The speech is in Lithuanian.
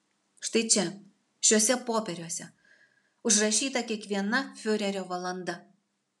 štai čia šiuose popieriuose užrašyta kiekviena fiurerio valanda